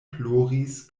ploris